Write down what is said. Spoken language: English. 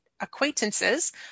acquaintances